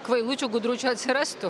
kvailučių gudručių atsirastų